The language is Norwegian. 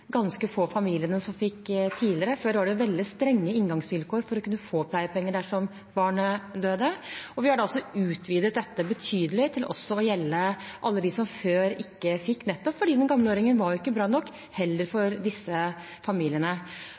ganske få familiene som fikk tidligere – før var det veldig strenge inngangsvilkår for å kunne få pleiepenger dersom et barn døde – og vi har også utvidet dette betydelig, til også å gjelde alle dem som før ikke fikk, nettopp fordi den gamle ordningen ikke var bra nok for disse familiene